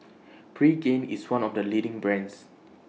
Pregain IS one of The leading brands